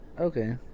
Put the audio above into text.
okay